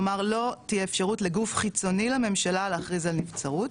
כלומר לא תהיה אפשרות לגוף חיצוני לממשלה להכריז על נבצרות.